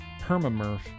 Permamurf